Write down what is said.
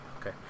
Okay